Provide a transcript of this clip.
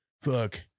fuck